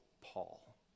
Paul